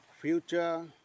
Future